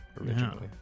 originally